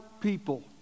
people